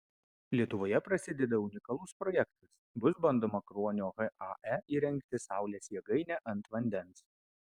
lietuvoje prasideda unikalus projektas bus bandoma kruonio hae įrengti saulės jėgainę ant vandens